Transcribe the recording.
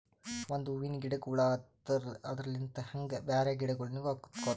ಒಂದ್ ಹೂವಿನ ಗಿಡಕ್ ಹುಳ ಹತ್ತರ್ ಅದರಲ್ಲಿಂತ್ ಹಂಗೆ ಬ್ಯಾರೆ ಗಿಡಗೋಳಿಗ್ನು ಹತ್ಕೊತಾವ್